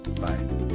Bye